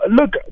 Look